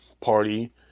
party